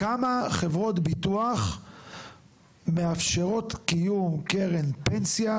כמה חברות ביטוח מאפשרות קיום קרן פנסיה,